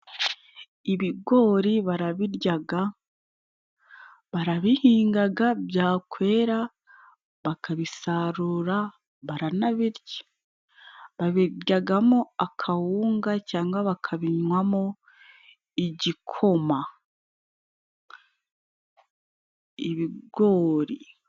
Ibigori barabiryaga, barabihingaga byakwera bakabisarura, baranabirya. Babijyagamo akawunga, cyangwa bakabinywamo igikoma. Ibigori.